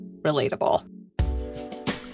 relatable